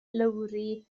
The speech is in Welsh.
lowri